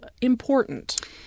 important